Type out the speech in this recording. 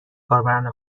کاربران